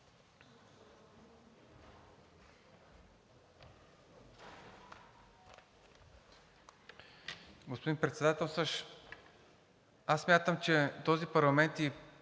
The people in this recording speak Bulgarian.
Господин Председателстващ, аз смятам, че този парламент